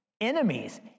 enemies